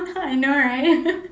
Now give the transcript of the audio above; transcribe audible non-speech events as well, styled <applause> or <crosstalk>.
<laughs> I know right <laughs>